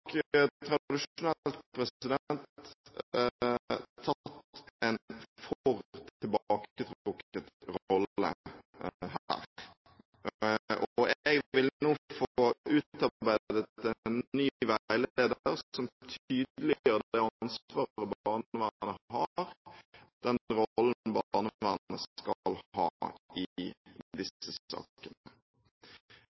en for tilbaketrukket rolle her, og jeg vil nå få utarbeidet en ny veileder som tydeliggjør det ansvaret barnevernet har – den rollen barnevernet skal ha i